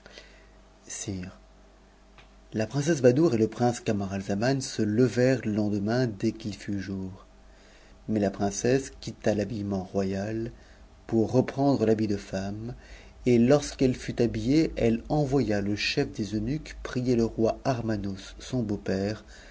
la princesse badoui'e et le prince camaralzaman se levèrent te lendemain dès qu'il fut jour mais la princesse quitta l'habillement royal pour reprendre l'habit de femme et lorsqu'elle fut habillée elle envoya le chef des eunuques prier le roi armanos son beau-père